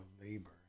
Labor